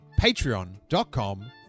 patreon.com